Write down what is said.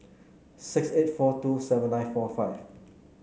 six eight four two seven nine four five